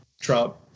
Trump